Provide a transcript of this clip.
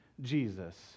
Jesus